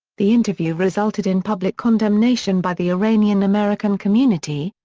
the interview resulted in public condemnation by the iranian-american community,